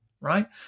right